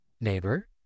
neighbor